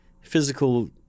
physical